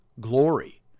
glory